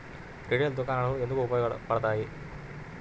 Retail దుకాణాలు ఎందుకు ఉపయోగ పడతాయి?